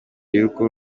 y’uko